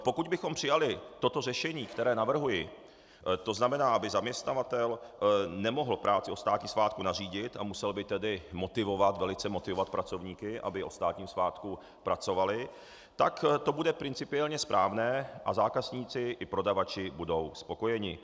Pokud bychom přijali toto řešení, které navrhuji, tzn. aby zaměstnavatel nemohl práci o státním svátku nařídit, a musel by tedy motivovat, velice motivovat pracovníky, aby o státním svátku pracovali, tak to bude principiálně správné a zákazníci i prodavači budou spokojeni.